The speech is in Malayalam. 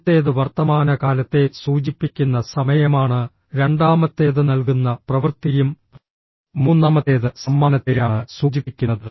ആദ്യത്തേത് വർത്തമാനകാലത്തെ സൂചിപ്പിക്കുന്ന സമയമാണ് രണ്ടാമത്തേത് നൽകുന്ന പ്രവൃത്തിയും മൂന്നാമത്തേത് സമ്മാനത്തെയാണ് സൂചിപ്പിക്കുന്നത്